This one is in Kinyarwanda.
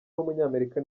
w’umunyamerika